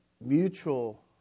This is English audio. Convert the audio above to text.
mutual